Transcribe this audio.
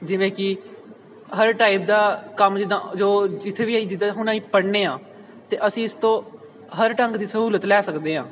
ਜਿਵੇਂ ਕਿ ਹਰ ਟਾਈਪ ਦਾ ਕੰਮ ਜਿੱਦਾਂ ਜੋ ਜਿੱਥੇ ਵੀ ਅਸੀਂ ਜਿੱਦਾਂ ਹੁਣ ਅਸੀਂ ਪੜ੍ਹਦੇ ਹਾਂ ਅਤੇ ਅਸੀਂ ਇਸ ਤੋਂ ਹਰ ਢੰਗ ਦੀ ਸਹੂਲਤ ਲੈ ਸਕਦੇ ਹਾਂ